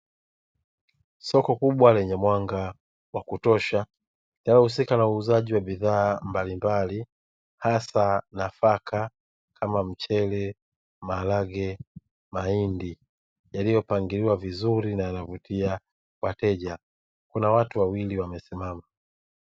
Soko kubwa lenye mwanga wa kutosha linalihusika na uuzaji wa bidhaa mbalimbali, hasa nafaka kama: mchele, maharage, mahindi; yaliyopangiliwa vizuri na yanavutia wateja; kuna watu wawili wamesimama.